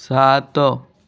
ସାତ